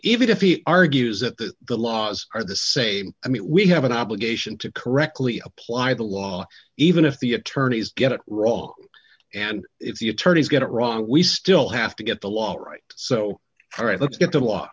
even if he argues that the laws are the same i mean we have an obligation to correctly apply the law even if the attorneys get it wrong and if the attorneys get it wrong we still have to get the law all right so all right let's get the law